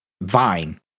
Vine